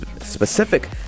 specific